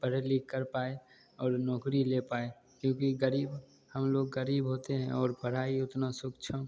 पढ़ लिख कर पाए और नौकरी ले पाए क्योंकि गरीब हम लोग गरीब होते हैं और पढ़ाई उतना सूक्ष्म